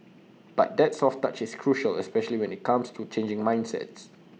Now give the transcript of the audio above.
but the soft touch is crucial especially when IT comes to changing mindsets